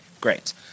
Great